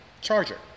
charger